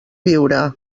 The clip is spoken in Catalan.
viure